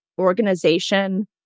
organization